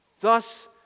Thus